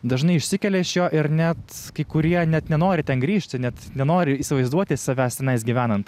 dažnai išsikelia iš jo ir net kai kurie net nenori ten grįžti net nenori įsivaizduoti savęs tenais gyvenant